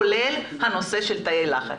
כולל נושא תאי הלחץ.